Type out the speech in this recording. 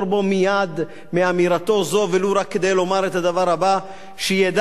ולו רק כדי לומר את הדבר הבא: שידע לו שאני לא שמעתי